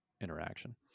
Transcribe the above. interaction